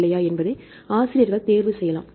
இல்லையா என்பதை ஆசிரியர்கள் தேர்வு செய்யலாம்